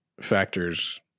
factors